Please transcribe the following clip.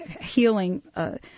healing